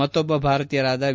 ಮತ್ತೊಬ್ಬ ಭಾರತೀಯರಾದ ವಿ